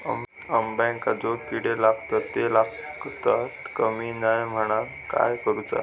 अंब्यांका जो किडे लागतत ते लागता कमा नये म्हनाण काय करूचा?